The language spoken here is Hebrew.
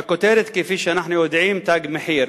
הכותרת, כפי שאנחנו יודעים, תג מחיר.